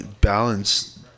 balance